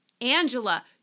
Angela